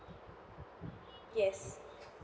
yes